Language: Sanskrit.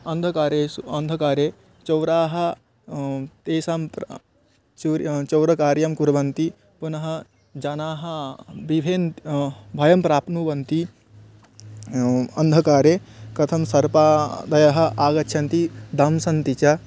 अन्धकारेषु अन्धकारे चौराः तेषां चौरः चौर्यकार्यं कुर्वन्ति पुनः जनाः विभिन्नं भयं प्राप्नुवन्ति अन्धकारे कथं सर्पादयः आगच्छन्ति दंशन्ति च